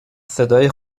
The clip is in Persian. صدای